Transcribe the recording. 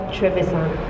Trevisan